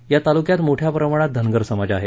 या तालुक्यात मोठया प्रमाणात धनगर समाज आहे